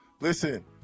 Listen